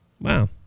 Wow